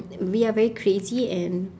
we are very crazy and